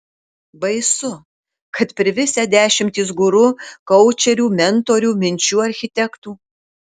baisu kad privisę dešimtys guru koučerių mentorių minčių architektų